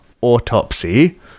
Autopsy